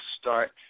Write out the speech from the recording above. start